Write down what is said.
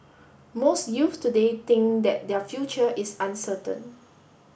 most youth today think that their future is uncertain